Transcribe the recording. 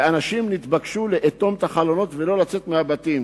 ואנשים התבקשו לאטום את החלונות ולא לצאת מהבתים